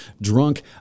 drunk